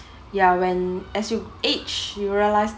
ya when as you age you realise